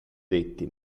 detti